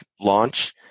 launch